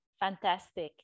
Fantastic